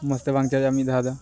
ᱢᱚᱡᱽᱛᱮ ᱵᱟᱝ ᱪᱟᱨᱡᱚᱜᱼᱟ ᱢᱤᱫ ᱫᱷᱟᱣᱫᱚ